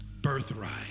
birthright